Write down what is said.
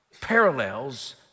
parallels